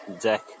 deck